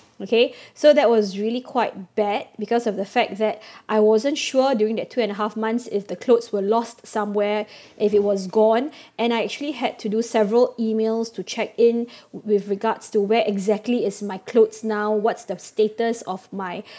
okay so that was really quite bad because of the fact that I wasn't sure during that two and a half months if the clothes were lost somewhere if it was gone and I actually had to do several emails to check in with regards to where exactly is my clothes now what's the status of my